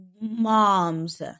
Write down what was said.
Moms